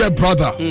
brother